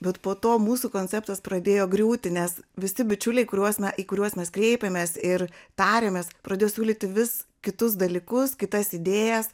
bet po to mūsų konceptas pradėjo griūti nes visi bičiuliai kuriuos į kuriuos mes kreipėmės ir tarėmės pradėjo siūlyti vis kitus dalykus kitas idėjas